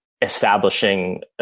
establishing